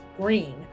green